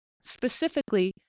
Specifically